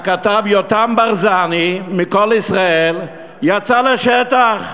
הכתב יותם ברזני מ"קול ישראל" יצא לשטח,